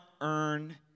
earn